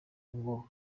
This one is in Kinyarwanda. ngo